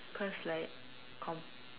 because like com~